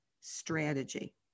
strategy